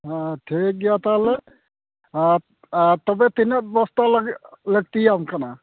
ᱦᱮᱸ ᱴᱷᱤᱠ ᱜᱮᱭᱟ ᱛᱟᱦᱚᱞᱮ ᱛᱚᱵᱮ ᱛᱤᱱᱟᱹᱜ ᱵᱚᱥᱛᱟ ᱞᱟᱹᱠᱛᱤᱭᱟᱢ ᱠᱟᱱᱟ